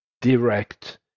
direct